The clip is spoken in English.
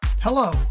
Hello